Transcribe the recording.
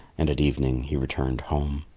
and at evening he returned home.